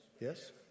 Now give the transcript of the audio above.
Yes